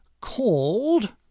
called